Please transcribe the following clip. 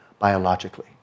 biologically